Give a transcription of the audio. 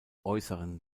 äußeren